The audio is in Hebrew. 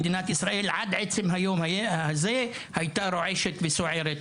מדינת ישראל עד עצם היום הזה הייתה רועשת וסוערת,